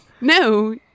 no